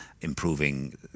improving